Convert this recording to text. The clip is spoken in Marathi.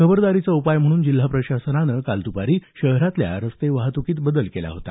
खबरदारीचा उपाय म्हणून जिल्हा प्रशासनानं दुपारी शहरातल्या रस्ते वाहत्कीत बदल केला होता